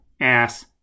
ass